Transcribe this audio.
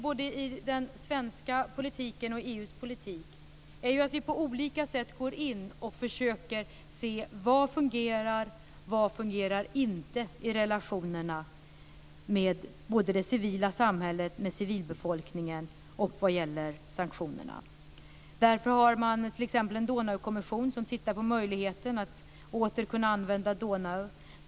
Både i den svenska politiken och i EU:s politik kan vi i dag se att vi på olika sätt går in och försöker se vad som fungerar och vad som inte fungerar i relationerna med det civila samhället och civilbefolkningen samt vad gäller sanktionerna. Därför har man t.ex. en Donaukommission som undersöker möjligheterna att åter kunna använda Donau.